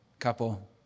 couple